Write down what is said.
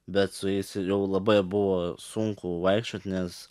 bet su jais jau labai buvo sunku vaikščiot nes